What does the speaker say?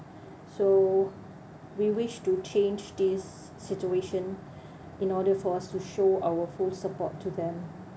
so we wish to change this situation in order for us to show our full support to them